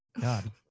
god